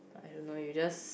I don't know you just